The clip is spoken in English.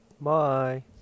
Bye